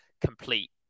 complete